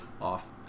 off